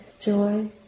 joy